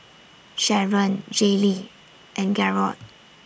Sharron Jaylee and Garold